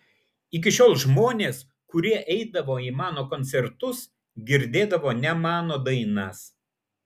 iki šiol žmonės kurie eidavo į mano koncertus girdėdavo ne mano dainas